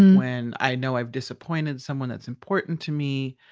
when i know i've disappointed someone that's important to me,